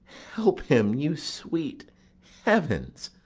help him, you sweet heavens!